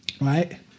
right